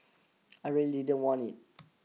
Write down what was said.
I really don't want it